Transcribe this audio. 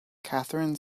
katherine